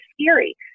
scary